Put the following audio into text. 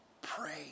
Pray